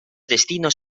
destinos